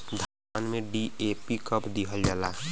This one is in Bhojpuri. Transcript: धान में डी.ए.पी कब दिहल जाला?